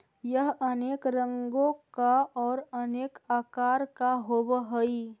यह अनेक रंगों का और अनेक आकार का होव हई